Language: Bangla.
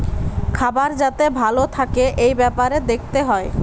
খাবার যাতে ভালো থাকে এই বেপারে দেখতে হয়